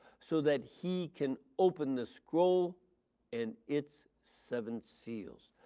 so that he can open the scroll and its seven seals.